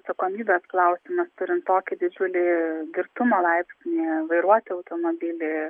atsakomybės klausimas turint tokį didžiulį girtumo laipsnį vairuoti automobilį